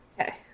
Okay